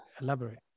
elaborate